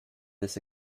this